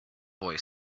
boy